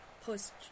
post